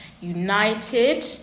united